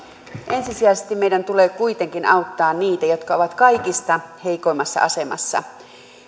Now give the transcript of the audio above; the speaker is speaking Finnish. ensisijaisesti meidän tulee kuitenkin auttaa niitä jotka ovat kaikista heikoimmassa asemassa